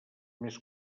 més